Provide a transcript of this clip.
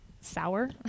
sour